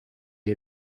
est